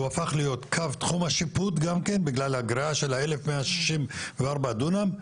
שהוא הפך להיות קו תחום השיפוט גם כן בגלל הגריעה של ה-1,164 דונם,